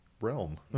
realm